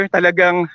Talagang